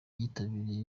yitabiriye